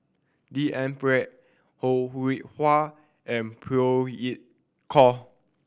D N Pritt Ho Rih Hwa and Phey Yew Kok